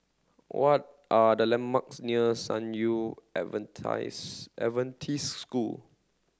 what are the landmarks near San Yu Adventist School